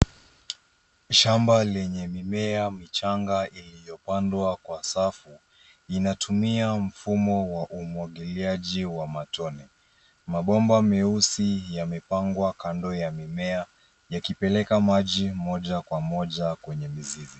Shamba lenye mimea michanga iliyopandwa kwa safu inatumia mfumo wa umwagiliaji wa matone. Mabomba meusi yamepangwa kando ya mimea yakipeleka maji moja kwa moja kwenye mizizi.